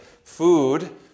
food